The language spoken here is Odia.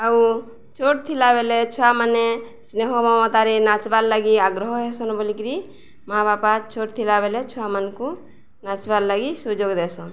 ଆଉ ଛୋଟ ଥିଲା ବେଲେ ଛୁଆମାନେ ସ୍ନେହ ମମତାରେ ନାଚ୍ବାର୍ ଲାଗି ଆଗ୍ରହ ହେଇସନ୍ ବୋଲିକିରି ମାଆ ବାପା ଛୋଟ ଥିଲା ବେଲେ ଛୁଆମାନଙ୍କୁ ନାଚ୍ବାର୍ ଲାଗି ସୁଯୋଗ ଦେସନ୍